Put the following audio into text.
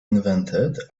invented